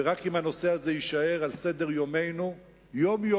ורק אם הנושא הזה יישאר על סדר-יומנו יום-יום,